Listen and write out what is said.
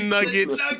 Nuggets